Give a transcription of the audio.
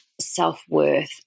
self-worth